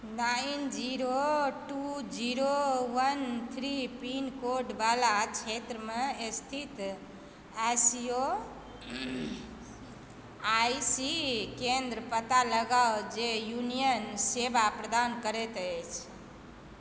nine zero two zero one three pin code वला क्षेत्रमे स्थित I C O I C केंद्र पता लगाउ जे यूनियन सेवा प्रदान करैत अछि